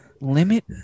limit